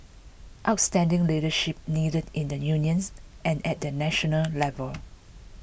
outstanding leadership needed in the unions and at the national level